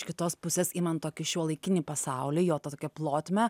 iš kitos pusės imant tokį šiuolaikinį pasaulį jo tą tokią plotmę